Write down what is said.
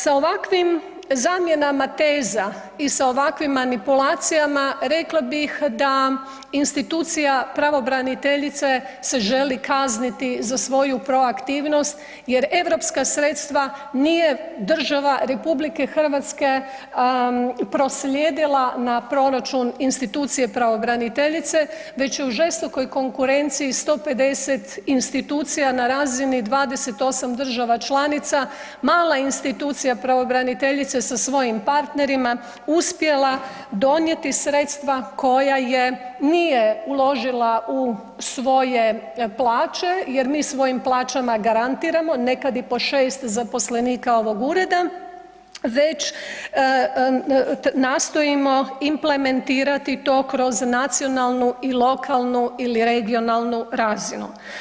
Sa ovakvim zamjenama tezama i sa ovakvim manipulacijama rekla bih da institucija pravobraniteljice se želi kazniti za svoju proaktivnost jer europska sredstva nije država RH proslijedila na proračun institucije pravobraniteljice već je u žestokoj konkurenciji 150 institucija na razini 28 država članica mala institucija pravobraniteljice sa svojim partnerima uspjela donijeti sredstva koja je, nije uložila u svoje plaće jer mi svojim plaćama garantiramo, nekad i po 6 zaposlenika ovog ureda, već nastojimo implementirati to kroz nacionalnu i lokalnu ili regionalnu razinu.